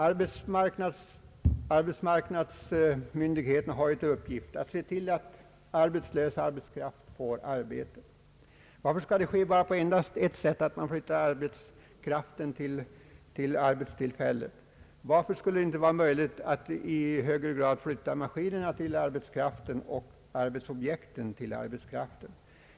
Arbetsmarknadsmyndigheterna har ju till uppgift att se till att arbetslös arbetskraft får arbete. Varför skall det ske endast på ett sätt — att flytta arbetskraften till arbetstillfällena? Varför skulle det inte vara möjligt att i högre grad flytta maskinerna och arbetsobjekten till arbetskraften?